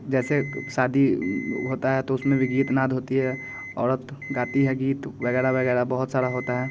जैसे शादी होता है तो उसमें भी गीत नाद होती है औरत गाती है गीत वगैरह वगैरह बहुत सारा होता है